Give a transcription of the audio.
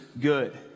good